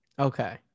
Okay